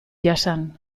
jasan